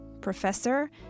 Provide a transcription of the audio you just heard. professor